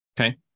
Okay